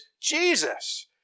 Jesus